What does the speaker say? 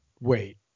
wait